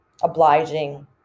obliging